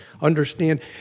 understand